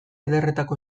ederretako